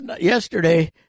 yesterday